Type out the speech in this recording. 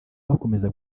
bakomeza